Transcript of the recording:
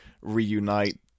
reunite